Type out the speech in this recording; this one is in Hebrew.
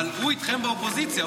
אבל הוא איתכם באופוזיציה.